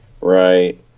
Right